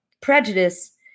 prejudice